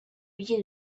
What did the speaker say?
who